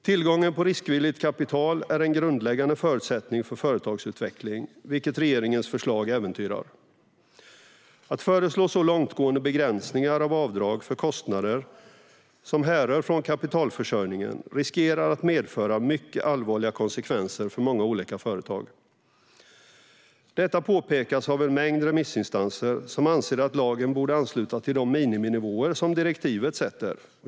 Tillgången till riskvilligt kapital är en grundläggande förutsättning för företagsutveckling, vilket regeringens förslag äventyrar. Att föreslå så långtgående begränsningar av avdrag för kostnader som härrör från kapitalförsörjningen riskerar att medföra mycket allvarliga konsekvenser för många olika företag. Detta påpekas av en mängd remissinstanser, som anser att lagen borde ansluta till de miniminivåer som direktivet sätter.